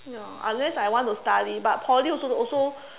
ya unless I want to study but Poly also also